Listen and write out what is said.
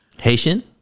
Haitian